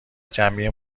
جمعی